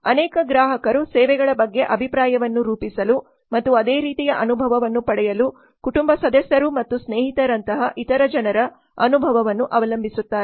ಅನೇಕ ಗ್ರಾಹಕರು ಸೇವೆಗಳ ಬಗ್ಗೆ ಅಭಿಪ್ರಾಯವನ್ನು ರೂಪಿಸಲು ಮತ್ತು ಅದೇ ರೀತಿಯ ಅನುಭವವನ್ನು ಪಡೆಯಲು ಕುಟುಂಬ ಸದಸ್ಯರು ಮತ್ತು ಸ್ನೇಹಿತರಂತಹ ಇತರ ಜನರ ಅನುಭವವನ್ನು ಅವಲಂಬಿಸುತ್ತಾರೆ